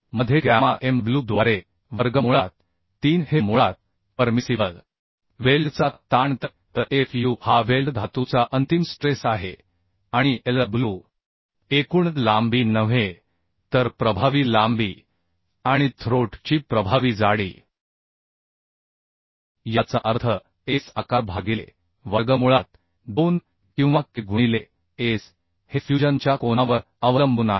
मध्ये gamma mw द्वारे वर्गमुळात 3 हे मुळात परमिसिबल वेल्डचा ताण तर fu हा वेल्ड धातूचा अंतिम स्ट्रेस आहे आणि Lw एकूण लांबी नव्हे तर प्रभावी लांबी आणि थ्रोट ची प्रभावी जाडी याचा अर्थ S आकार भागिले वर्गमुळात 2 किंवा K गुणिले S हे फ्युजन च्या कोनावर अवलंबून आहे